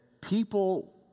people